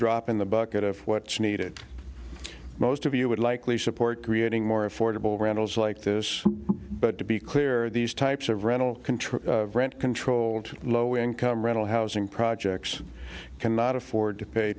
drop in the bucket of what's needed most of you would likely support creating more affordable randall's like this but to be clear these types of rental contract rent controlled low income rental housing projects cannot afford to pay